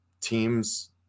teams